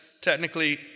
technically